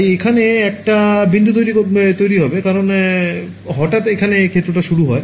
তাই এখানে একটা বিন্দু তৈরি হবে কারণ হঠাৎ এখানে ক্ষেত্র টা শুরু হয়